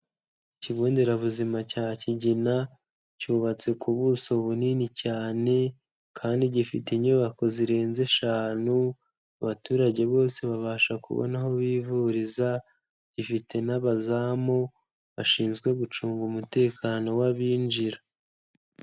Ikigo nderabuzima cya Kigina cyubatse ku buso bunini cyane kandi gifite inyubako zirenze eshanu, abaturage bose babasha kubona aho bivuriza, gifite n'abazamu bashinzwe gucunga umutekano w'abinjira.